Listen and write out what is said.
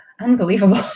unbelievable